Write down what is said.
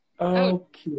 Okay